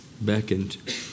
beckoned